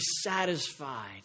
satisfied